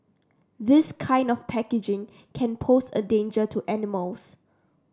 this kind of packaging can pose a danger to animals